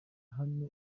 hano